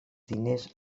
diners